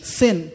sin